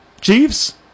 Chiefs